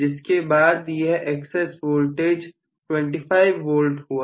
जिसके बाद यह एक्सेस वोल्टेज 25 वोल्ट हुआ